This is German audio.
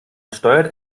steuert